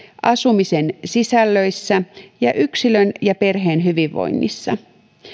asumisen sisällöissä ja yksilön ja perheen hyvinvoinnissa